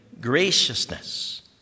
graciousness